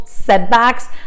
setbacks